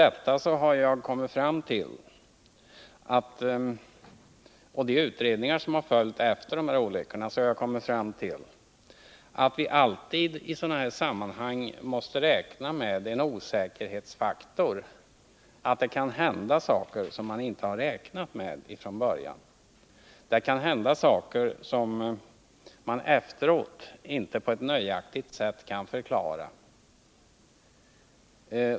Efter de utredningar som gjorts efter olyckorna har jag kommit fram till att vi i sådana här sammanhang alltid måste räkna med en osäkerhetsfaktor — det kan hända saker som man från början inte har tänkt på, saker som man efteråt inte nöjaktigt kan förklara.